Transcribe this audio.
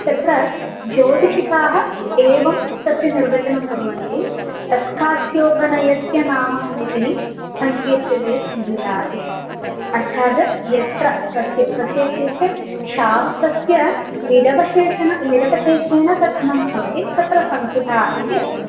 तत्र ज्योतिषिकाः एवं तस्य निर्वचनं कुर्वन्ति तत्कार्त्स्नोपनयस्य नाम मुनिभिः संकीर्त्यते संहिता इति अर्थात् यत्र तस्य तस्य इत्युक्ते शास्त्रस्य निरवशेशन निरवशेषेण कथनं भवति तत्र संहिता इति अर्थः